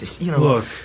Look